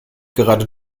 gerade